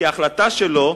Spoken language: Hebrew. כי החלטה שלו,